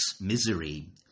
Misery